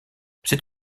c’est